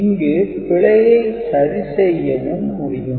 இங்கு பிழையை சரி செய்யவும் முடியும்